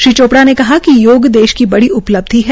श्री चोपड़ा ने कहा कि योग देश की बड़ी उपलब्धि है